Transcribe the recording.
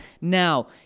Now